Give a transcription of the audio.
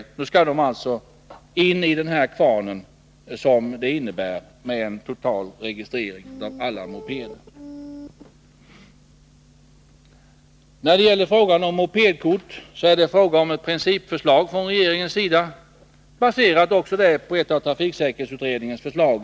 Också dem vill man alltså ha in i den ”kvarn” som blir följden av en registrering av samtliga mopeder. När det gäller mopedkort är det här fråga om ett principförslag från regeringens sida, också det baserat på ett av trafiksäkerhetsutredningens förslag.